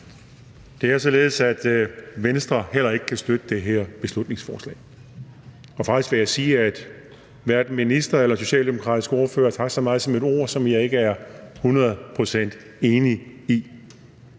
Det er således, at Venstre heller ikke kan støtte det her beslutningsforslag, og faktisk vil jeg sige, at hverken ministeren eller den socialdemokratiske ordfører har sagt så meget som et ord, som jeg ikke er hundrede procent enig i,